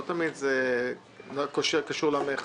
לא תמיד זה קשור למכס.